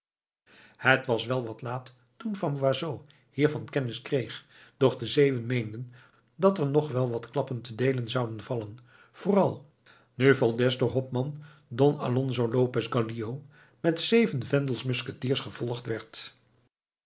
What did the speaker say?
het was wel wat laat toen van boisot hiervan kennis kreeg doch de zeeuwen meenden dat er nog wel wat klappen te deelen zouden vallen vooral nu valdez door hopman don alonzo lopez gallio met zeven vendels musketiers gevolgd werd